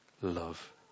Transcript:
love